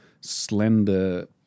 slender